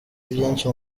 byinshi